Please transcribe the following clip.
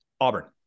Auburn